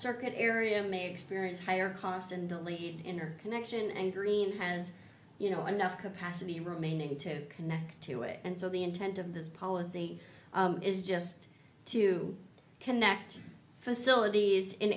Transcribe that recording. circuit area may experience higher cost in the lead in her connection and green has you know enough capacity remaining to connect to it and so the intent of this policy is just to connect facilities in